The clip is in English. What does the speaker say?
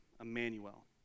Emmanuel